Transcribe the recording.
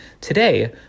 Today